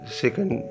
second